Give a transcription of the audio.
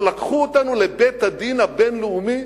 אבל לקחו אותנו לבית הדין הבין-לאומי,